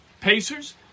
Pacers